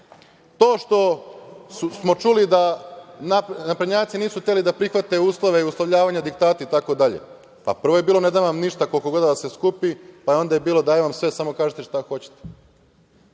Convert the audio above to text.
to što smo čuli da naprednjaci nisu hteli da prihvate uslove i uslovljavanje diktata itd, pa prvo je bilo – ne dam vam ništa koliko god da vas se skupi, pa onda je bilo – dajem vam sve samo kažite šta hoćete.